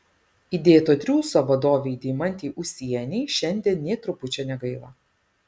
įdėto triūso vadovei deimantei ūsienei šiandien nė trupučio negaila